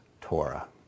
Torah